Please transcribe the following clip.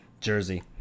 Jersey